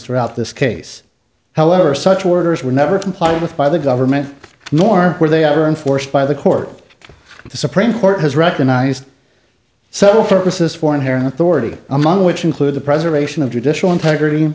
throughout this case however such orders were never complied with by the government nor were they either enforced by the court the supreme court has recognized several focuses for inherent authority among which include the preservation of judicial integrity